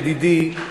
ידידי,